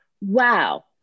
Wow